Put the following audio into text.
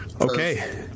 Okay